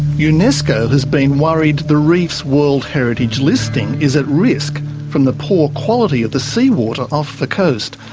unesco has been worried the reef's world heritage listing is at risk from the poor quality of the sea water off the coast,